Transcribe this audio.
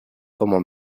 como